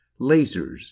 Lasers